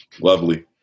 Lovely